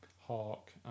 Hawk